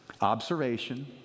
observation